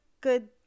good